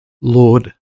Lord